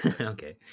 okay